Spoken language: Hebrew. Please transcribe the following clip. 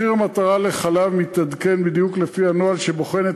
מחיר המטרה לחלב מתעדכן בדיוק לפי הנוהל שבוחן את